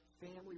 family